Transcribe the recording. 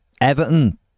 Everton